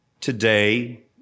today